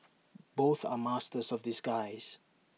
both are masters of disguise